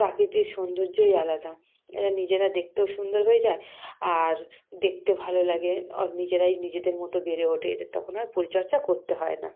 প্রাকৃতিক সৌন্দর্যই আলাদা এরা নিজেরা দেখতেও সুন্দর হয়ে যায় আর দেখতে ভালো লাগে আর নিজেরাই নিজেদের মতো বেড়ে ওঠে এদের তখন আর পরিচর্চা করতে হয় না